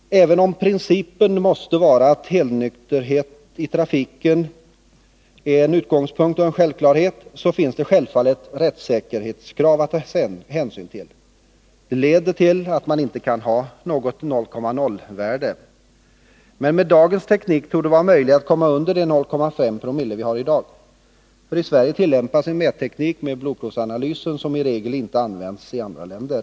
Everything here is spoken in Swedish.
Även om principen måste vara helnykterhet i trafiken, finns det självfallet rättssäkerhetskrav att ta hänsyn till. Detta leder till att man inte kan ha något 0,0-värde. Med dagens teknik torde det emellertid vara möjligt att komma under de 0,5 promille som vi har i dag. I Sverige tillämpas en mätteknik med blodprovsanalysen som i regel inte används i andra länder.